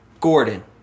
Gordon